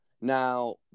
Now